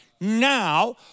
now